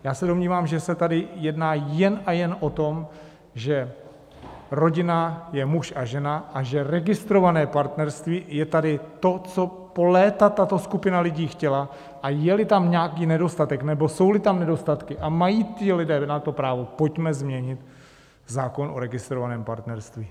Já se domnívám, že se tady jedná jen a jen o to, že rodina je muž a žena a že registrované partnerství je tady to, co po léta tato skupina lidí chtěla, a jeli tam nějaký nedostatek nebo jsouli tam nedostatky a mají ti lidé na to právo, pojďme změnit zákon o registrovaném partnerství.